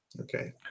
Okay